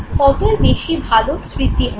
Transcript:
ততই বেশি ভালো স্মৃতি হবে